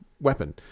weapon